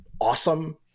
awesome